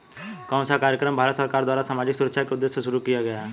कौन सा कार्यक्रम भारत सरकार द्वारा सामाजिक सुरक्षा के उद्देश्य से शुरू किया गया है?